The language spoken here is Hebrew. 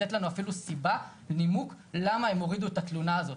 לתת לנו אפילו סיבה ונימוק למה הם הורידו את התלונה הזאת.